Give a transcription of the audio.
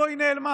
לאן היא נעלמה?